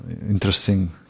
interesting